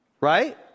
Right